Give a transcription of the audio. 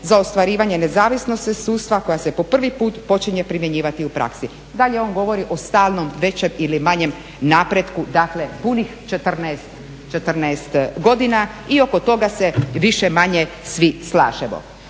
za ostvarivanje nezavisnosti sudstva koja se po prvi put počinje primjenjivati u praksi. Dalje on govori o stalnom, većem ili manjem napretku, dakle punih 14 godina i oko toga se više-manje svi slažemo.